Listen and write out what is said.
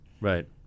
Right